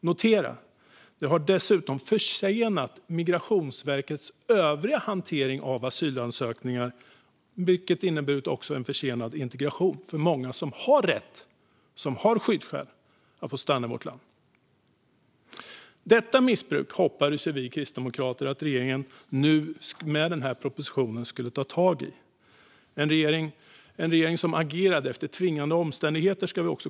Notera att det dessutom har försenat Migrationsverkets övriga hantering av asylansökningar, vilket har inneburit en försenad integration för många som har skyddsskäl och rätt att få stanna i vårt land. Detta missbruk hoppades vi kristdemokrater att regeringen nu skulle ta tag i med den här propositionen. Vi ska också komma ihåg att det är en regering som agerade efter tvingande omständigheter.